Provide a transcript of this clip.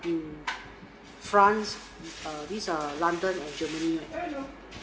emm france err this err london and germany